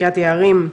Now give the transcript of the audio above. קריית יערים,